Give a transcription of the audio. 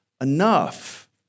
enough